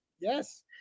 Yes